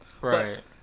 Right